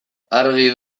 argi